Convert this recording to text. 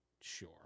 Sure